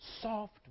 soft